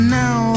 now